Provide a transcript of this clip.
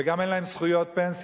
וגם אין להם זכויות פנסיה,